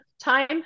time